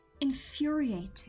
infuriating